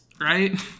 right